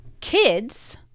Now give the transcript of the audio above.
kids